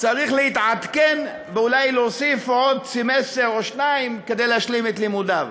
צריך להתעדכן ואולי להוסיף עוד סמסטר או שניים כדי להשלים את לימודיו.